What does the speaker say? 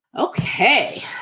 Okay